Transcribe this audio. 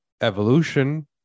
evolution